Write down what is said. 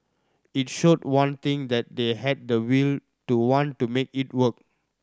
it showed one thing that they had the will to want to make it work